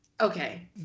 Okay